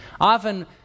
Often